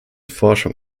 forschung